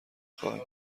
خوای